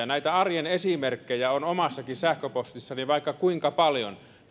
näitä arjen esimerkkejä on omassakin sähköpostissani vaikka kuinka paljon